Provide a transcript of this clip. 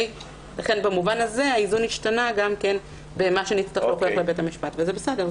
לכן במובן הזה האיזון השתנה גם במה שנצטרך להוכיח לבית המשפט וזה בסדר.